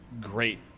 great